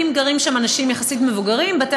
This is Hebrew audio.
אם גרים שם אנשים מבוגרים יחסית,